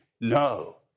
No